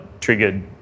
triggered